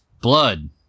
blood